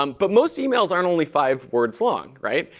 um but most emails aren't only five words long. right?